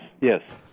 yes